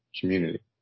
community